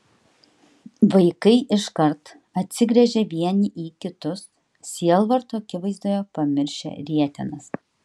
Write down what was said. vaikai iškart atsigręžė vieni į kitus sielvarto akivaizdoje pamiršę rietenas